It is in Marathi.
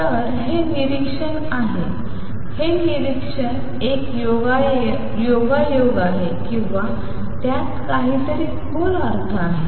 तर हे निरीक्षण आहे हे निरीक्षण एक योगायोग आहे किंवा त्यात काहीतरी खोल अर्थ आहे